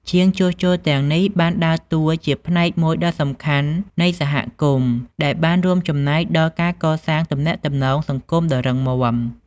ជាងជួសជុលទាំងនេះបានដើរតួជាផ្នែកមួយដ៏សំខាន់នៃសហគមន៍ដែលបានរួមចំណែកដល់ការកសាងទំនាក់ទំនងសង្គមដ៏រឹងមាំ។